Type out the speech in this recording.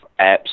apps